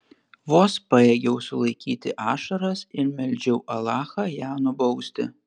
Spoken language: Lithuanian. vos pajėgiau sulaikyti ašaras ir meldžiau alachą ją nubausti